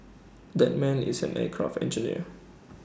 that man is an aircraft engineer